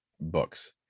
books